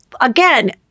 again